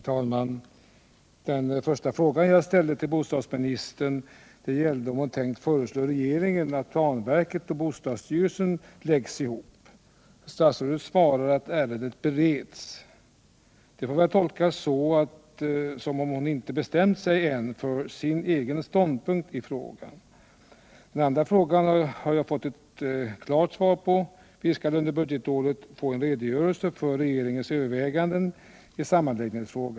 Herr talman! Den första frågan jag ställde till bostadsministern gällde om bostadsministern tänkte föreslå regeringen att planverket och bostadsstyrelsen läggs ihop. Statsrådet svarar att ärendet bereds. Det får väl tolkas som om hon inte bestämt sig än för sin egen ståndpunkt i frågan. Den andra frågan har fått ett klart svar — vi skall under budgetåret få en redogörelse för regeringens överväganden i sammanläggningsfrågan.